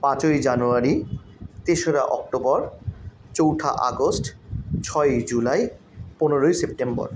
পাঁচই জানুয়ারি তেসরা অক্টোবর চৌঠা আগস্ট ছয়ই জুলাই পনেরোই সেপ্টেম্বর